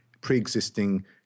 pre-existing